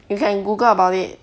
you can google about it